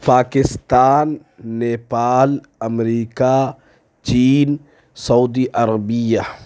پاکستان نیپال امریکہ چین سعودی عربیہ